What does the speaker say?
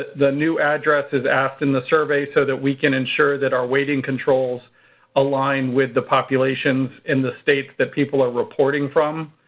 the new address is asked in the survey so that we can ensure that our weighting controls align with the populations in the states that people are reporting from.